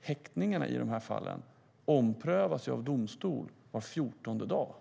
Häktningar omprövas av domstol var 14:e dag.